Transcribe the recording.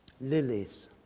lilies